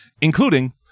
including